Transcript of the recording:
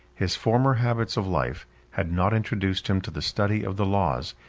his former habits of life had not introduced him to the study of the laws,